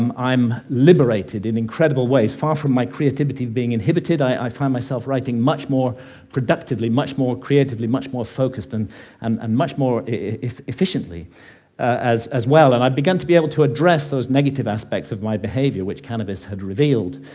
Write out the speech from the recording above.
um i'm liberated in incredible ways, far from my creativity being inhibited, i find myself writing much more productively, much more creatively, much more focused, and um and much more efficiently as as well. and i've begun to be able to address those negative aspects of my behaviour which cannabis had revealed,